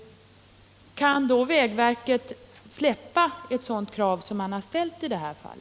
Kan vägverket släppa ett sådant krav som det ställt i detta fall?